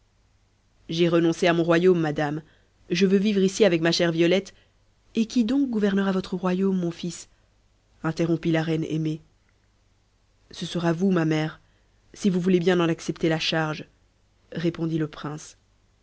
j'ai renoncé à mon royaume madame je veux vivre ici avec ma chère violette et qui donc gouvernera votre royaume mon fils interrompit la reine aimée ce sera vous ma mère si vous voulez bien en accepter la charge répondit le prince